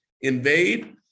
invade